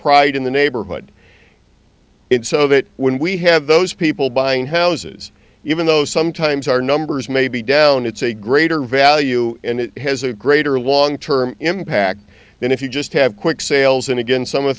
pride in the neighborhood it's so that when we have those people buying houses even though sometimes our numbers may be down it's a greater value and it has a greater long term impact than if you just have quick sales and again some of the